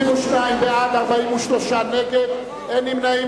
22 בעד, 43 נגד, אין נמנעים.